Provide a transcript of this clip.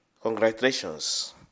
Congratulations